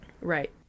Right